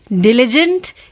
Diligent